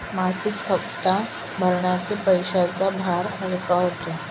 मासिक हप्ता भरण्याने पैशांचा भार हलका होतो